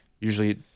Usually